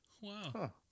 wow